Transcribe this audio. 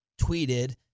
tweeted